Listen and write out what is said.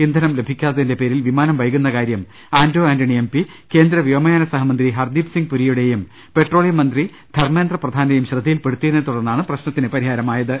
ഇന്ധനം ലഭി ക്കാത്തതിന്റെ പേരിൽ വിമാനം വൈകുന്ന കാര്യം ആന്റോ ആന്റണി എംപി കേന്ദ്ര വ്യോമയാന സഹമന്ത്രി ഹർദീപ്സിങ്ങ് പുരിയുടേയും പെട്രോളിയം മന്ത്രി ധർമ്മേന്ദ്രപ്രധാന്റേയും ശ്രദ്ധയിൽപ്പെടുത്തി യതിനെ തുടർന്നാണ് പ്രശ്നത്തിന് പരിഹാരമായത്